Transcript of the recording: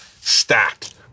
stacked